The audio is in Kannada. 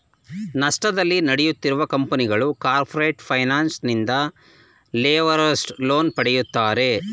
ನಷ್ಟದಲ್ಲಿ ನಡೆಯುತ್ತಿರುವ ಕಂಪನಿಗಳು ಕಾರ್ಪೊರೇಟ್ ಫೈನಾನ್ಸ್ ನಿಂದ ಲಿವರೇಜ್ಡ್ ಲೋನ್ ಪಡೆಯುತ್ತಾರೆ